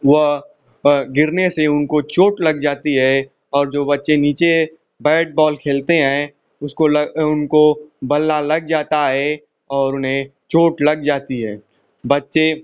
वह वह गिरने से उनको चोट लग जाती है और जो बच्चे नीचे बैट बॉल खेलते हैं उसको लग उनको बल्ला लग जाता है और उन्हें चोट लग जाती है बच्चे